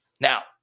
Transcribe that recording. Now